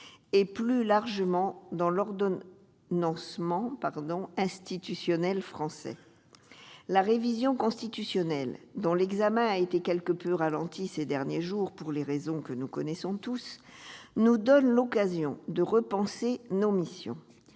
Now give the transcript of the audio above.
et, plus largement, dans l'ordonnancement institutionnel français. La révision constitutionnelle, dont l'examen a été quelque peu ralenti ces derniers jours pour les raisons que nous connaissons tous, nous donne l'occasion de repenser nos missions.